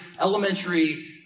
elementary